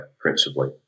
principally